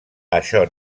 això